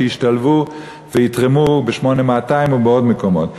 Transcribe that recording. שישתלבו ויתרמו ב-8200 ובעוד מקומות.